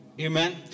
Amen